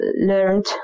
learned